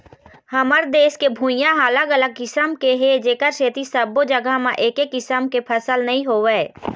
हमर देश के भुइंहा ह अलग अलग किसम के हे जेखर सेती सब्बो जघा म एके किसम के फसल नइ होवय